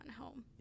home